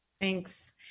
Thanks